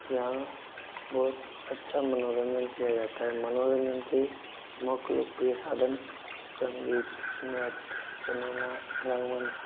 यहाँ बहुत अच्छा मनोरंजन किया जाता है मनोरंजन के मुक लोकप्रिय साधन संगीत नृत्य सिनेमा रंगमंच